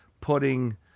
putting